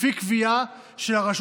לפי קביעה של הרשות